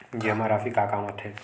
जमा राशि का काम आथे?